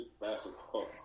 basketball